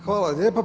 Hvala lijepo.